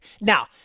Now